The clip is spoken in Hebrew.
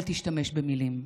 אל תשתמש במילים,